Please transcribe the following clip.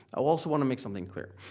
i also wanna make something clear.